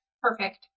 perfect